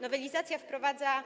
Nowelizacja wprowadza